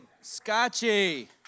Scotchy